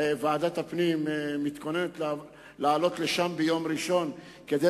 וועדת הפנים מתכוונת לעלות לשם ביום ראשון כדי